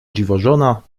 dziwożona